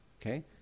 okay